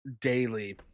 daily